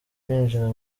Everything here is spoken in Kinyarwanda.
kwinjira